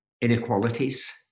inequalities